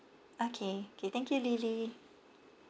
okay K thank you lily